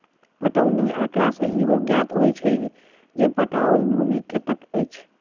पटौनी आँकड़ा सॅ इहो ज्ञात होइत अछि जे पटाओल भूमि कतेक अछि